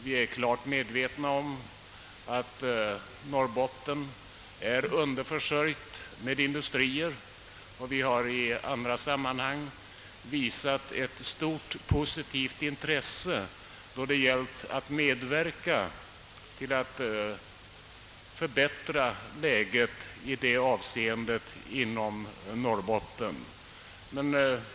Vi är klart medvetna om att Norrbotten är underförsörjt med industrier, och vi har i andra sammanhang visat ett stort, positivt intresse då det gällt att medverka till att förbättra läget i detta avseende inom Norrbotten.